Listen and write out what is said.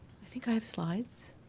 i think i have slides.